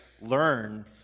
learn